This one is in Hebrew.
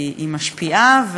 היא משפיעה,